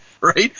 right